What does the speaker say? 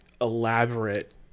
elaborate